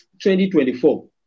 2024